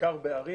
בעיקר בערים.